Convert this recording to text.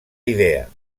idea